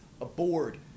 aboard